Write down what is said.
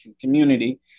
community